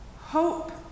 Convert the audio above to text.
hope